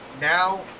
Now